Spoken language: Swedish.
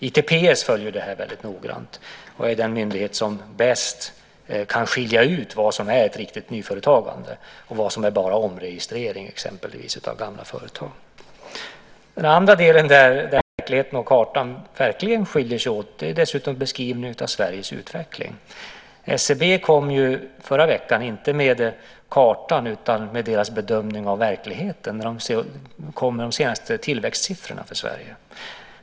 ITPS följer detta noggrant, och är den myndighet som bäst kan skilja ut vad som är ett riktigt nyföretagande och vad som exempelvis bara är omregistrering av gamla företag. Den andra del där verkligheten och kartan skiljer sig åt är beskrivningen av Sveriges utveckling. SCB kom förra veckan inte med kartan utan med sin bedömning av verkligheten när man kom med de senaste tillväxtsiffrorna för Sverige.